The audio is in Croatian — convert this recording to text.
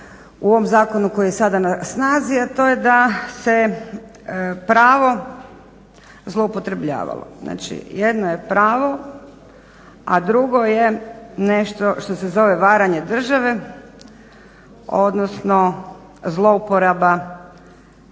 u ovom zakonu koji je sada na snazi a to je da se pravo zloupotrebljavalo. Znači jedno je pravo a drugo je nešto što se zove varanje države odnosno zlouporaba